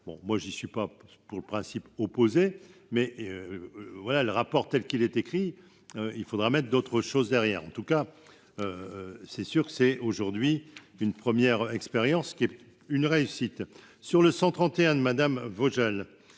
moi j'y suis pas pour principe opposé mais et voilà le rapport telle qu'il est écrit : il faudra mettre d'autre chose derrière, en tout cas c'est sûr que c'est aujourd'hui une première expérience qui est une réussite sur le 131 madame Vogel